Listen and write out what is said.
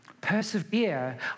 Persevere